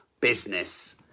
business